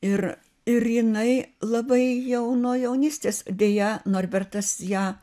ir ir jinai labai jau nuo jaunystės deja norbertas ją